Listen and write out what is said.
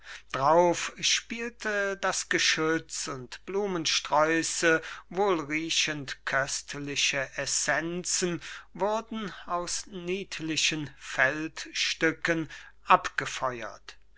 drauf spielte das geschütz und blumensträuße wohlriechend köstliche essenzen wurden aus niedlichen feldstücken abgefeuert